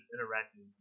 interacting